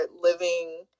living